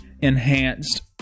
enhanced